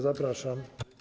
Zapraszam.